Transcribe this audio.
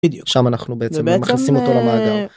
בדיוק שם אנחנו בעצם מכניסים אותו למעגל.